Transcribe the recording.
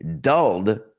dulled